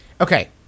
Okay